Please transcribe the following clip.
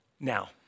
Now